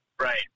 Right